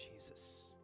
Jesus